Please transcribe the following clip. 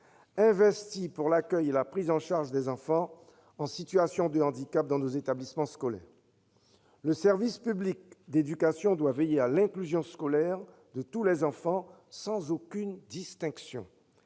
-investis dans l'accueil et la prise en charge des enfants en situation de handicap dans nos établissements scolaires. Le service public d'éducation doit veiller à l'inclusion scolaire de tous les enfants, sans aucune distinction.